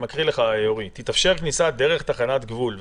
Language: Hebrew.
אדם: "תתאפשר כניסה דרך תחנת גבול ...